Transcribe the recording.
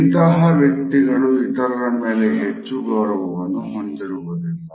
ಇಂತಹ ವ್ಯಕ್ತಿಗಳು ಇತರರ ಮೇಲೆ ಹೆಚ್ಚು ಗೌರವವನ್ನು ಹೊಂದಿರುವುದಿಲ್ಲ